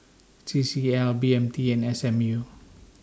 C C L B M T and S M U